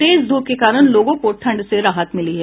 तेज धूप के कारण लोगों को ठंड से राहत मिली है